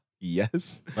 Yes